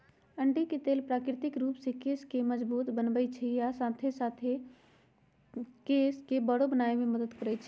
अंडी के तेल प्राकृतिक रूप से केश के मजबूत बनबई छई आ साथे साथ केश के बरो बनावे में मदद करई छई